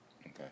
Okay